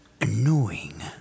annoying